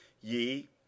Ye